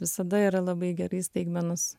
visada yra labai gerai staigmenos